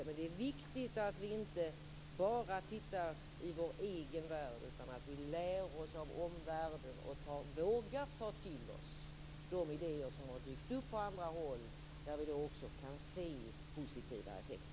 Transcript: Men det är viktigt att vi inte bara tittar i vår egen värld utan att vi lär oss av omvärlden och vågar ta till oss de idéer som har dykt upp på andra håll, där vi också kan se positiva effekter.